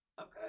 Okay